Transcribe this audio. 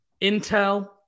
intel